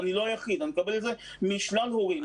אני לא היחיד, אני מקבל את זה מהרבה הורים.